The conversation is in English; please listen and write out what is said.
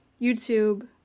YouTube